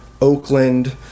Oakland